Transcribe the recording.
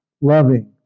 loving